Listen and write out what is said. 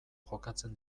jokatzen